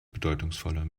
bedeutungsvoller